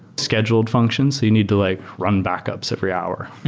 scheduled function, so you need to like run backups every hour.